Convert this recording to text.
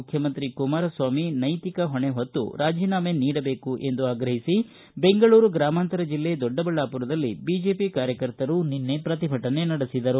ಮುಖ್ಯಮಂತ್ರಿ ಕುಮಾರಸ್ವಾಮಿ ಅವರು ನೈತಿಕ ಹೊಣೆ ಹೊತ್ತು ರಾಜೀನಾಮೆ ನೀಡಬೇಕು ಎಂದು ಒತ್ತಾಯಿಸಿ ಬೆಂಗಳೂರು ಗ್ರಾಮಾಂತರ ಜಿಲ್ಲೆ ದೊಡ್ಡಬಳ್ಳಾಪುರದಲ್ಲಿ ಬಿಜೆಪಿ ಕಾರ್ಕರ್ತರು ನಿನ್ನೆ ಪ್ರತಿಭಟನೆ ನಡೆಸಿದರು